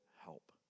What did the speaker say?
help